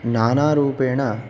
नानारूपेण